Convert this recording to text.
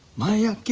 maya.